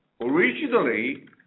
originally